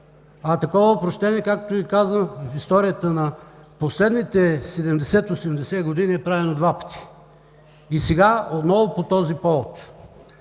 а такова опрощение, както Ви казах, в историята на последните 70 – 80 години е правено два пъти. И сега отново по този повод.